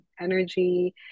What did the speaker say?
energy